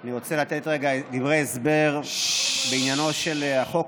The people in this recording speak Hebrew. אני רוצה לתת דברי הסבר בעניינו של החוק